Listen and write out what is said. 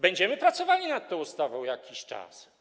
Będziemy pracowali nad tą ustawą jakiś czas.